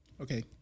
okay